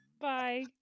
Bye